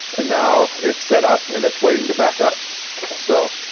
and now it's setup and it's waiting to back up so